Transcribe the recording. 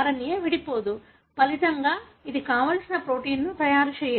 RNA విడిపోదు ఫలితంగా ఇది కావలసిన ప్రోటీన్ను తయారు చేయదు